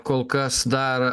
kol kas dar